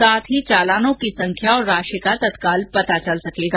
साथ ही चालानों की संख्या व राषि का तत्काल पता चल सकेगा